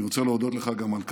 אני רוצה להודות לך גם על כך.